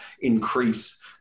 increase